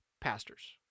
pastors